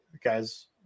guys